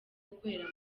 gukorera